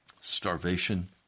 Starvation